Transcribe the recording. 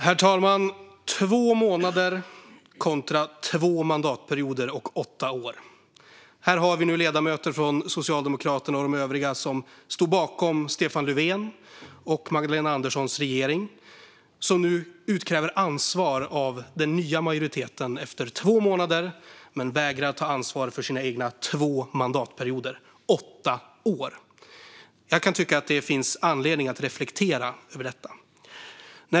Herr talman! Här ställs två månader mot två mandatperioder, alltså åtta år. Ledamöter från Socialdemokraterna och de övriga som stod bakom Stefan Löfvens och Magdalena Anderssons regering utkräver nu ansvar av den nya majoriteten efter två månader men vägrar att ta ansvar för sina två mandatperioder - åtta år! Jag kan tycka att det finns anledning att reflektera över detta.